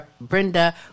Brenda